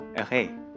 okay